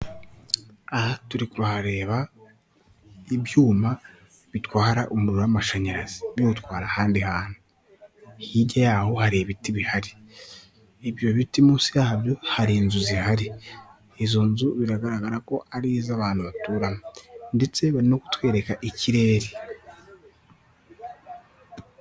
Aha turi kuhareba ibyuma bitwara umuriro w'amashanyarazi biwutwara ahandi, hantu hirya yaho hari ibiti bihari ibyo biti munsi yabyo hari inzu zihari izo nzu biragaragara ko ari izabantu baturamo ndetse bari no kutwereka ikirere.